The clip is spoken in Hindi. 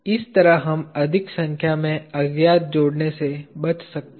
इस तरह हम अधिक संख्या में अज्ञात जोड़ने से बच सकते हैं